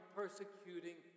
persecuting